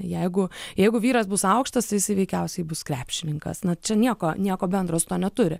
jeigu jeigu vyras bus aukštas tai jisai veikiausiai bus krepšininkas na čia nieko nieko bendro su tuo neturi